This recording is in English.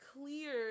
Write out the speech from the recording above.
clear